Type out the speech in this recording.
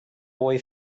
boy